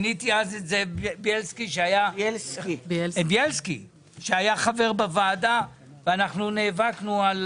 מיניתי אז את זאב בילסקי שהיה חבר בוועדה ואנחנו נאבקנו על